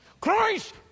Christ